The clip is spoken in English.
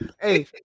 Hey